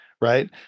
right